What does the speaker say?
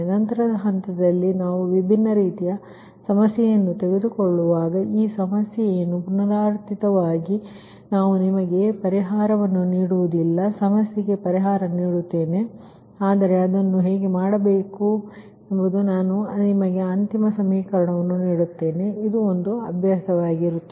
ನಂತರದ ಹಂತದಲ್ಲಿ ನಾವು ವಿಭಿನ್ನ ರೀತಿಯ ಸಮಸ್ಯೆಯನ್ನು ತೆಗೆದುಕೊಳ್ಳುವಾಗ ಈ ಸಮಸ್ಯೆಯನ್ನು ಪುನರಾವರ್ತಿತವಾಗಿ ನಾನು ನಿಮಗೆ ಪರಿಹಾರವನ್ನು ನೀಡುವುದಿಲ್ಲ ಇತರ ಸಮಸ್ಯೆಗೆ ಪರಿಹಾರವನ್ನು ನೀಡುತ್ತೇನೆ ಆದರೆ ಅದನ್ನು ಹೇಗೆ ಮಾಡಬೇಕೆಂದು ನಾನು ನಿಮಗೆ ಅಂತಿಮ ಸಮೀಕರಣವನ್ನು ನೀಡುತ್ತೇನೆ ಆದರೆ ಇದು ಒಂದು ಅಭ್ಯಾಸವಾಗಿರುತ್ತದೆ